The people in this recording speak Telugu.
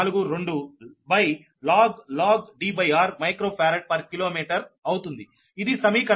0242log Dr microfarad per kilometre అవుతుంది ఇది సమీకరణం 10